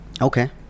Okay